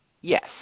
Yes